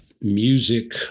music